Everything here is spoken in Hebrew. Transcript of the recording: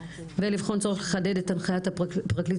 ולבחון צורך לחדד את הנחיית פרקליט